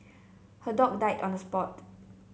her dog died on the spot